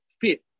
fit